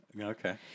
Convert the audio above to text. Okay